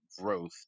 growth